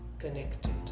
connected